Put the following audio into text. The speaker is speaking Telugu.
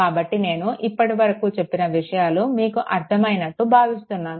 కాబట్టి నేను ఇప్పటివరకు చెప్పిన విషయాలు మీకు అర్ధమయినట్లు భావిస్తున్నాను